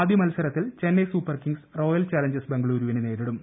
ആദൃ മത്സരത്തിൽ Chennai Super Kings Royal Challengers ബംഗളുരുവിനെ നേരിടും